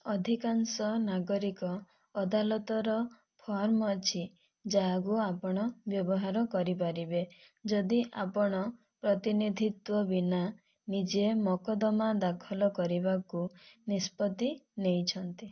ଅଧିକାଂଶ ନାଗରିକ ଅଦାଲତର ଫର୍ମ ଅଛି ଯାହାକୁ ଆପଣ ବ୍ୟବହାର କରିପାରିବେ ଯଦି ଆପଣ ପ୍ରତିନିଧିତ୍ୱ ବିନା ନିଜେ ମକଦ୍ଦମା ଦାଖଲ କରିବାକୁ ନିଷ୍ପତ୍ତି ନେଇଛନ୍ତି